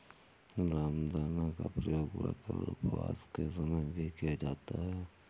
रामदाना का प्रयोग व्रत और उपवास के समय भी किया जाता है